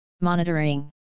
Monitoring